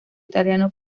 italiano